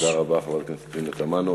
תודה רבה, חברת הכנסת פנינה תמנו-שטה.